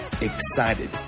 excited